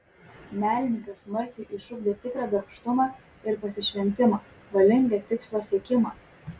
menininkas marcei išugdė tikrą darbštumą ir pasišventimą valingą tikslo siekimą